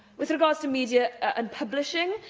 with regard to media and publishing,